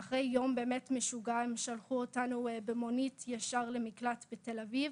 זה היה אחרי יום באמת משוגע והם שלחו אותנו במונית ישר למקלט בתל אביב.